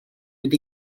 mynd